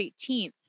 18th